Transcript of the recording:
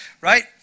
right